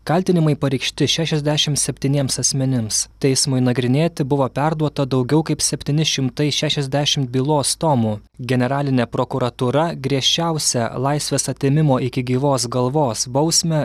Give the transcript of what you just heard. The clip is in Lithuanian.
kaltinimai pareikšti šešiasdešim septyniems asmenims teismui nagrinėti buvo perduota daugiau kaip septyni šimtai šešiasdešimt bylos tomų generalinė prokuratūra griežčiausią laisvės atėmimo iki gyvos galvos bausmę